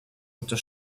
unter